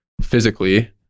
physically